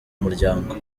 muryango